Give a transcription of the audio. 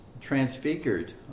transfigured